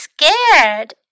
scared